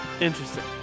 Interesting